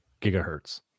gigahertz